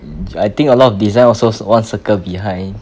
um I think a lot of design also one circle behind